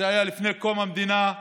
זה היה לפני קום המדינה,